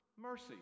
Mercy